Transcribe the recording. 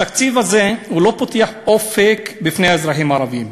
התקציב הזה לא פותח אופק בפני האזרחים הערבים.